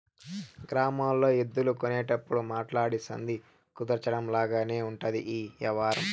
గ్రామాల్లో ఎద్దులు కొనేటప్పుడు మాట్లాడి సంధి కుదర్చడం లాగానే ఉంటది ఈ యవ్వారం